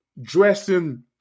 dressing